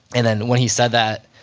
and then when he said that,